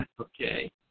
okay